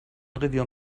revier